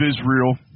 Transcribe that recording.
Israel